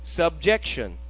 subjection